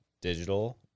digital